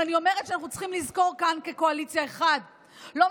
אני אומרת שאנחנו צריכים לזכור כאן כקואליציה שלא מספיקה